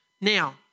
Now